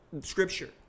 Scripture